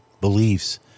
beliefs